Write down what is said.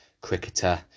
cricketer